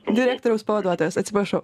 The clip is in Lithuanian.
direktoriaus pavaduotojas atsiprašau